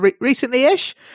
recently-ish